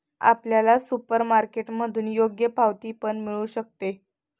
आपल्याला सुपरमार्केटमधून योग्य पावती पण मिळू शकते